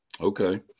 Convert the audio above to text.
Okay